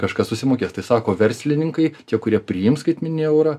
kažkas susimokės tai sako verslininkai tie kurie priims skaitmeninį eurą